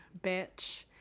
bitch